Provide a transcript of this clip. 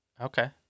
Okay